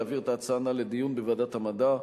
להעביר את ההצעה הנ"ל לדיון בוועדת המדע,